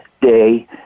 day